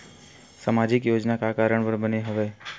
सामाजिक योजना का कारण बर बने हवे?